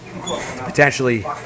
Potentially